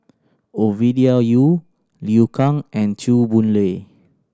Ovidia Yu Liu Kang and Chew Boon Lay